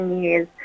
years